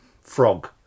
frog